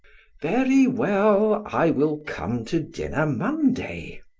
very well, i will come to dinner monday.